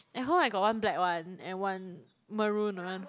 at home I got one black one and one maroon one